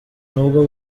nubwo